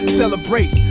celebrate